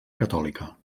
catòlica